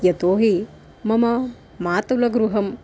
यतोहि मम मातुलगृहं